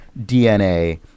DNA